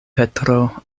petro